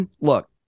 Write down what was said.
Look